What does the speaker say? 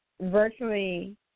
virtually